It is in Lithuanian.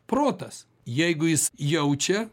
protas jeigu jis jaučia